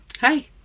Hi